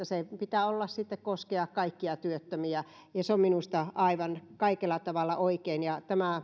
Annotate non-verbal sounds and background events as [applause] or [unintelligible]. [unintelligible] sen pitää sitten koskea kaikkia työttömiä ja se on minusta kaikella tavalla aivan oikein tämä